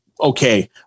okay